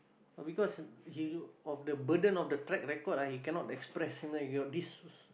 oh because he of the burden of the track record ah he cannot express you know your this